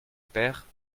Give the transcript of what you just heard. père